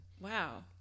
Wow